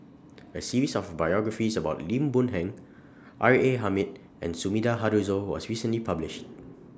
A series of biographies about Lim Boon Heng R A Hamid and Sumida Haruzo was recently published